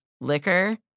liquor